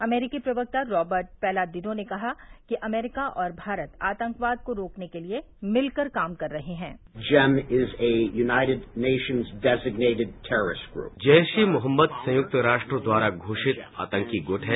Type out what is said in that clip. अमरीकी प्रवक्ता Robert Palladino ने कहा कि अमरीका और भारत आतंकवाद को रोकने के लिए मिलकर काम कर रहे हें जैश ए मोहम्मद संयुक्त राष्ट्र द्वारा घोषित आतंकी गुट है